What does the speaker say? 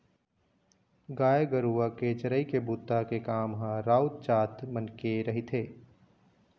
गाय गरुवा के चरई के बूता के काम ह राउत जात मन के रहिथे